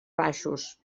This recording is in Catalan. baixos